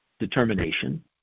Determination